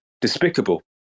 despicable